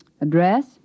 Address